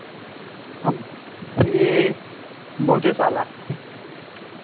हम ई बहुते सारा